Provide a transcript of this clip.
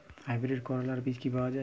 Hybrid করলার বীজ কি পাওয়া যায়?